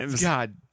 god